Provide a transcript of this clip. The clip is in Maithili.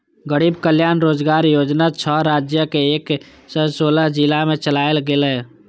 गरीब कल्याण रोजगार योजना छह राज्यक एक सय सोलह जिला मे चलायल गेलै